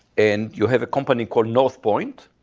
and you have a company called northpointe,